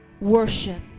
Worship